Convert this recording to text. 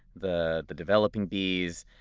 the the developing bees.